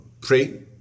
pray